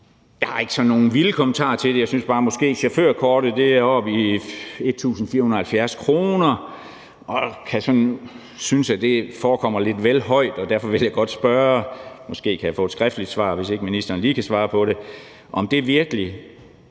Jeg har ikke nogen vilde kommentarer til det, men chaufførkortet er oppe på 1.470 kr., og det kan jeg måske synes forekommer lidt vel højt, og derfor vil jeg godt spørge – måske kan jeg få et skriftligt svar, hvis ikke ministeren lige kan svare på det – om det virkelig kun